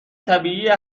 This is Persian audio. طبیعیه